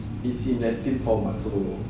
latin form ah so